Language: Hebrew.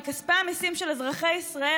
מכספי המיסים של אזרחי ישראל,